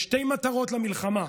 יש שתי מטרות למלחמה: